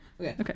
Okay